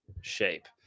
shape